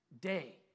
day